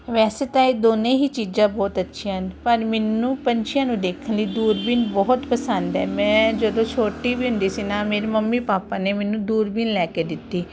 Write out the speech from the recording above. ਵੈਸੇ ਤਾਂ ਇਹ ਦੋਵੇਂ ਹੀ ਚੀਜ਼ਾਂ ਬਹੁਤ ਅੱਛੀਆਂ ਨੇ ਪਰ ਮੈਨੂੰ ਪੰਛੀਆਂ ਨੂੰ ਦੇਖਣ ਲਈ ਦੂਰਬੀਨ ਬਹੁਤ ਪਸੰਦ ਹੈ ਮੈਂ ਜਦੋਂ ਛੋਟੀ ਵੀ ਹੁੰਦੀ ਸੀ ਨਾ ਮੇਰੀ ਮੰਮੀ ਪਾਪਾ ਨੇ ਮੈਨੂੰ ਦੂਰਬੀਨ ਲੈ ਕੇ ਦਿੱਤੀ